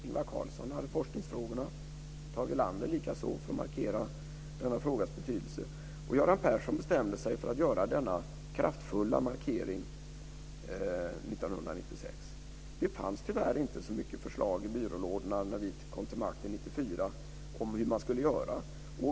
Ingvar Carlsson hade forskningsfrågorna, Tage Erlander likaså, för att markera detta områdes betydelse. Göran Persson bestämde sig för att göra denna kraftfulla markering 1996. Det fanns tyvärr inte så mycket förslag i byrålådorna när vi kom till makten 1994 om hur man skulle göra.